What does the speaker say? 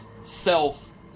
self